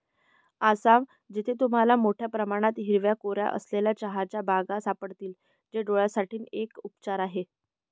आसाम, जिथे तुम्हाला मोठया प्रमाणात हिरव्या कोऱ्या असलेल्या चहाच्या बागा सापडतील, जे डोळयांसाठी एक उपचार आहे